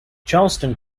charleston